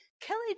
Kelly